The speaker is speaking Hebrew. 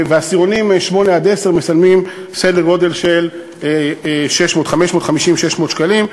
ועשירונים 8 10 משלמים סדר גודל של 600-550 שקלים.